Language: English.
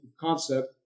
concept